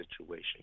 situation